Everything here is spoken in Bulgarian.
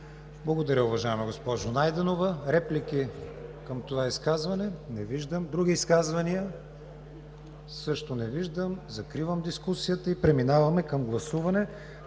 Благодаря, уважаема госпожо Найденова. Реплики към това изказване? Не виждам. Други изказвания? Няма. Закривам дискусията и преминаваме към гласуване.